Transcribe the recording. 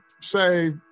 say